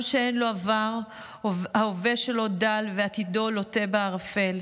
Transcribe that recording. עם שאין לו עבר, ההווה שלו דל ועתידו לוט בערפל.